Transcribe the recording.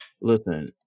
Listen